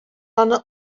аны